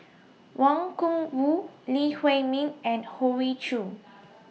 Wang Gungwu Lee Huei Min and Hoey Choo